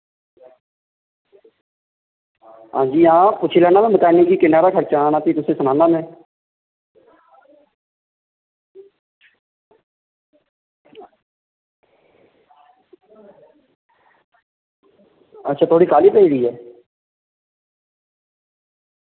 आं जी आं पुच्छी लैना मैकेनिक गी की किन्ना हारा खर्चा आना भी में तुसेंगी अच्छा थोह्ड़ी काली पेदी ऐ